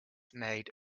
made